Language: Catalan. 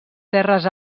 terres